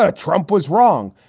ah trump was wrong.